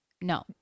No